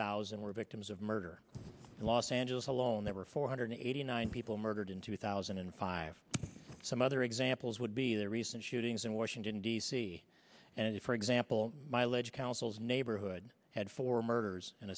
thousand were victims of murder in los angeles alone there were four hundred eighty nine people murdered in two thousand and five some other examples would be the recent shootings in washington d c and for example mileage councils neighborhood had four murders